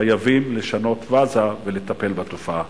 חייבים לשנות פאזה ולטפל בתופעה.